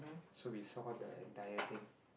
so we saw the entire thing